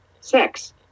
sex